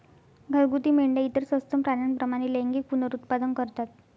घरगुती मेंढ्या इतर सस्तन प्राण्यांप्रमाणे लैंगिक पुनरुत्पादन करतात